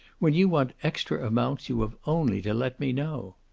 when you want extra amounts you have only to let me know.